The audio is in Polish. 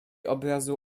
obrazu